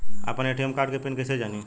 आपन ATM card के pin कईसे जानी?